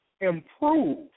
improve